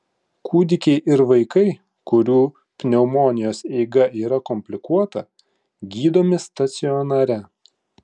kūdikiai ir vaikai kurių pneumonijos eiga yra komplikuota gydomi stacionare